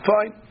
Fine